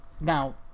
Now